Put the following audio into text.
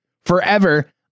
forever